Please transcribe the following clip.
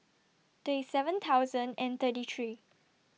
thirty seven thousand thirty three